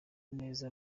neza